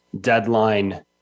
deadline